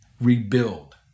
rebuild